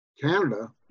Canada